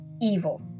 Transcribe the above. Evil